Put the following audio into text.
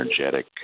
energetic